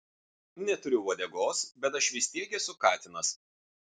neturiu uodegos bet aš vis tiek esu katinas